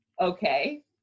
okay